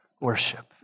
worship